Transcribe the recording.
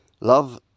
love